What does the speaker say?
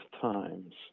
times